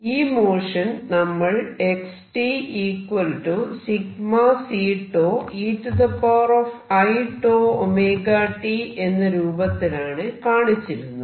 ഈ മോഷൻ നമ്മൾ x ∑Ceiτωt എന്ന രൂപത്തിലാണ് കാണിച്ചിരുന്നത്